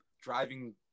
driving